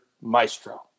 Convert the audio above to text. Maestro